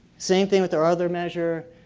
same thing with our other measure,